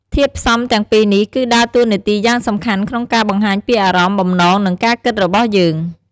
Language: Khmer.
ធាតុផ្សំទាំងពីរនេះគឺដើរតួនាទីយ៉ាងសំខាន់ក្នុងការបង្ហាញពីអារម្មណ៍ បំណង និងការគិតរបស់យើង។